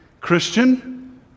Christian